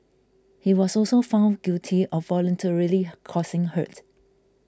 he was also found guilty of voluntarily causing hurt